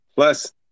Plus